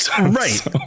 right